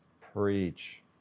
Preach